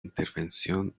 intervención